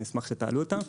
אני אשמח שתעלו אותה.